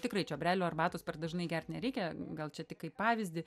tikrai čiobrelių arbatos per dažnai gert nereikia gal čia tik kaip pavyzdį